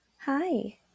Hi